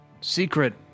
secret